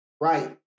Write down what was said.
right